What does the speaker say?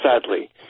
sadly